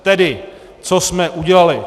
Tedy co jsme udělali.